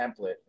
template